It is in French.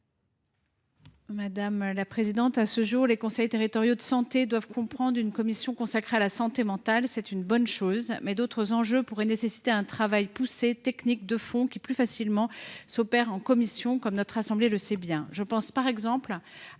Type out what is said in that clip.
Mme Anne Souyris. À ce jour, les conseils territoriaux de santé doivent comprendre une commission consacrée à la santé mentale. C’est une bonne chose, mais d’autres sujets pourraient nécessiter un travail poussé, technique, de fond, qui s’effectue plus facilement en commission, comme notre assemblée le sait bien. Je pense ainsi à la gériatrie,